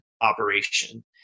operation